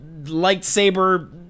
lightsaber